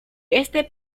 este